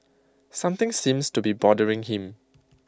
something seems to be bothering him